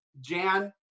Jan